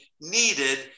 needed